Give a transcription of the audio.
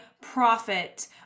profit